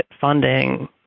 funding